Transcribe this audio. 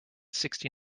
sixty